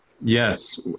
Yes